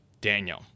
Daniel